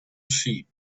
sheep